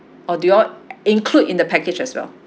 or do you all include in the package as well